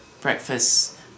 breakfast